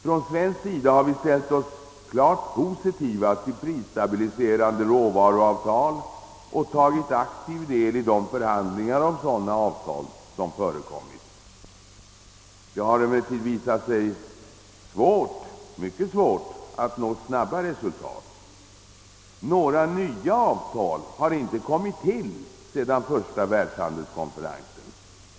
Från svensk sida har vi ställt oss klart positiva till prisstabiliserande råvaruavtal och tagit aktiv del i de förhandlingar om sådana avtal som förekommit. Det har emellertid visat sig mycket svårt att nå snabba resultat. Några nya avtal har inte kommit till sedan den första världshandelskonferensen.